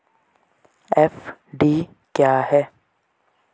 FD क्या है?